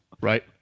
right